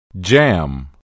Jam